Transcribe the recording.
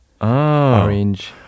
orange